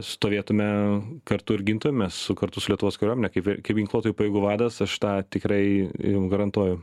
stovėtume kartu ir gintumėmes su kartu su lietuvos kariuomene kaip vi kaip ginkluotųjų pajėgų vadas aš tą tikrai jum garantuoju